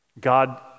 God